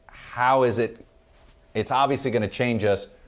how is it it's obviously going to change us.